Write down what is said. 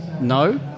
no